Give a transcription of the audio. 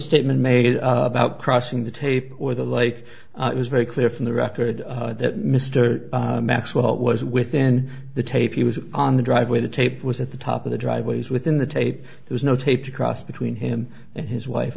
statement made about crossing the tape or the lake it was very clear from the record that mr maxwell was within the tape he was on the driveway the tape was at the top of the driveways within the tape there's no tape to cross between him and his wife